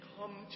Come